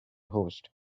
host